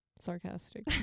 sarcastic